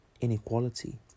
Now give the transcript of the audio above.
Inequality